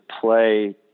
play